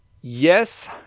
Yes